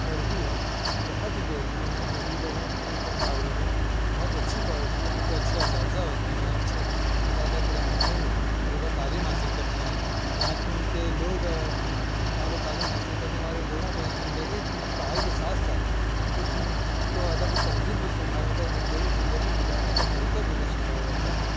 quality ہے بہت ہی بہترین ہے دوسری جگہوں کے مقابلے میں بہت ہی اچھّی کوالٹی ہے یہاں پہ اچّھے اساتذہ ہوتے ہیں اچھے اساتذہ کی رہنمائی میں طلباء تعلیم حاصل کرتے ہیں یہاں کے لوگ یہاں پہ تعلیم حاصل کرنے والے لوگوں کو ایک زندگی پڑھائی کے ساتھ ساتھ ان کو ان کو ادب و تہذیب بھی سکھایا جاتا ہے اور زندگی زندگی گزارنے کا طریقہ بھی انہیں سکھایا جاتا ہے